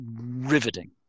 riveting